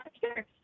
sure